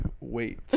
wait